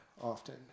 often